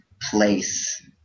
place